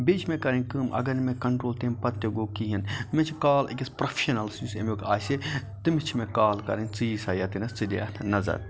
بیٚیہِ چھِ مےٚ کَرٕنۍ کٲم اَگَر نہٕ مےٚ کَنٹرول تمہِ پَتہٕ تہِ گوٚو کِہیٖنۍ مےٚ چھِ کال أکِس پروفیشنَلَس یُس امیُک آسہِ تٔمِس چھِ مےٚ کال کَرٕنۍ ژٕ یِسہَ ییٚتنَس ژٕ دِ ایتھ نَظَر